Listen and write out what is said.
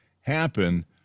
happen